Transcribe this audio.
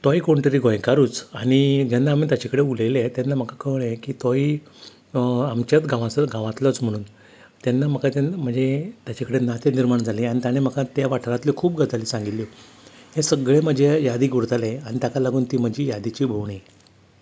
तोयी कोणतरी गोंयकारूच आनी जेन्ना आमी तेचे कडेन उलयले तेन्ना म्हाका कळ्ळें की तोयी आमच्या गांवांचो गांवांतलोच म्हणून तेन्ना म्हाका जेन्ना म्हजें ताचे कडेन नातें निर्माण जालें आनी ताणें म्हाका त्या वाठारांतल्यो खूब गजाली सांगिल्ल्यो हें सगळें म्हाजें यादीक उरतलें आनी ताका लागून ती म्हजी यादीची भोंवडी